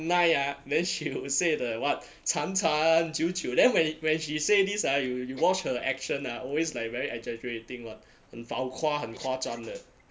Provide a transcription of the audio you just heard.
nine ah then she would say the what 长长久久 then when it when she say these ah you you watch her action ah always like very exaggerating [one] 很 fau kua 很夸张的